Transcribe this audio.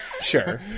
Sure